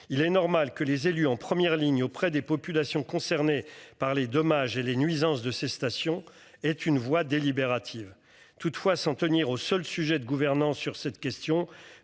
Il est normal que les élus en première ligne auprès des populations concernées par les dommages et les nuisances de ces stations est une voix délibérative toutefois s'en tenir au seul sujet de gouvernance sur cette question